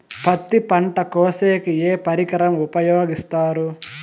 పత్తి పంట కోసేకి ఏ పరికరం ఉపయోగిస్తారు?